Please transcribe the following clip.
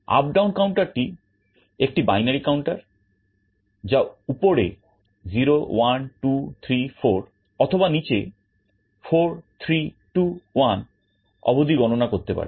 Updown counterটি একটি binary counter যা উপরে 0 1 2 3 4 অথবা নিচে 4 3 2 1 অবধি গণনা করতে পারে